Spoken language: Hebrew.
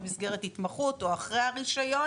במסגרת ההתמחות וגם אם זה אחרי הרישיון